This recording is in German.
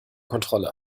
kontrolle